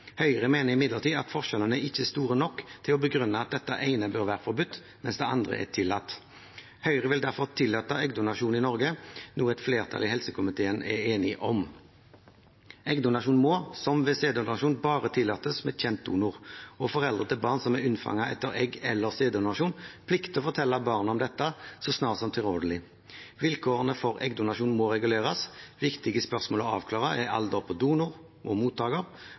Høyre mener imidlertid at forskjellene ikke er store nok til å begrunne at det ene bør være forbudt, mens det andre er tillatt. Høyre vil derfor tillate eggdonasjon i Norge, noe et flertall i helsekomiteen er enig i. Eggdonasjon må, som ved sæddonasjon, bare tillates med kjent donor, og foreldre til barn som er unnfanget etter egg- eller sæddonasjon, plikter å fortelle barnet om dette så snart det er tilrådelig. Vilkårene for eggdonasjon må reguleres. Viktige spørsmål å avklare er alder på donor og mottaker,